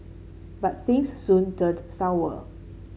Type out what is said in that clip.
but things soon turned sour